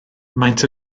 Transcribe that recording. maent